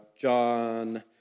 John